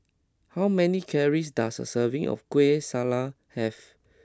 how many calories does a serving of Kueh Salat have